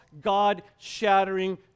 God-shattering